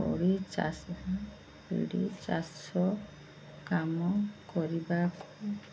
କୋଡ଼ିଚାଷ ପିଡ଼ି ଚାଷ କାମ କରିବାକୁ